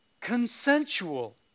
consensual